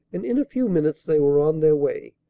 and in a few minutes they were on their way,